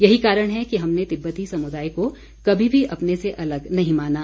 यही कारण है कि हमने तिब्बती समुदाय को कभी भी अपने से अलग नहीं माना